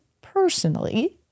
personally